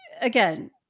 Again